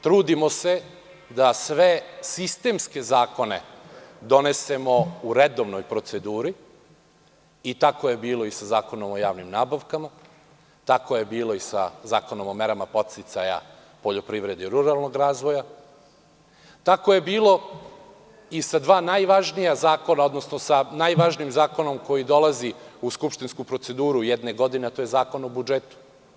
Trudimo se da sve sistemske zakone donesemo u redovnoj proceduri i tako je bilo i sa Zakonom o javnim nabavkama, tako je bilo i sa Zakonom o merama podsticaja poljoprivredi i ruralnog razvoja, tako je bilo i sa dva najvažnija zakona, odnosno najvažnijim zakonom koji dolazi u skupštinsku proceduru jedne godine a to je Zakon o budžetu.